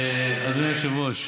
אדוני היושב-ראש,